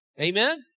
Amen